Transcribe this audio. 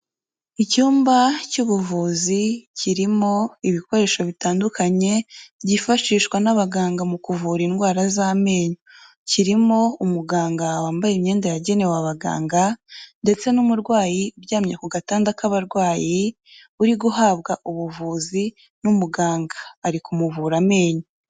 Icyumba cy'ubuvuzi kirimo ibikoresho bitandukanye byifashishwa n'abaganga mu kuvura indwara z'amenyo. Kirimo umuganga wambaye imyenda yagenewe abaganga ndetse n'umurwayi uryamye ku gatanda k'abarwayi uri guhabwa ubuvuzi n'umuganga, ari kumuvura amenyo.